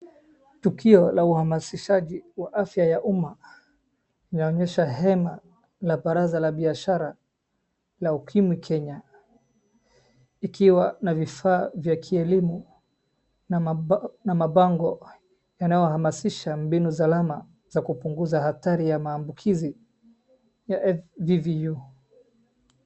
Tukio la uhamasishaji wa afya wa uma unaonyesha hema la baraza la biashara la ukimwi Kenya. Ikiwa na vifaa vya kielimu, na mabango yanayohamasisha mbinu salama, za kupunguza hatari ya maambukizi, VVU.